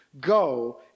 go